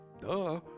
Duh